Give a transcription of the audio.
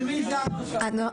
רגע.